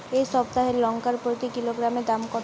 এই সপ্তাহের লঙ্কার প্রতি কিলোগ্রামে দাম কত?